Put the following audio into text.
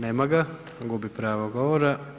Nema ga, gubi pravo govora.